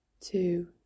two